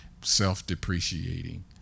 self-depreciating